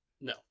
No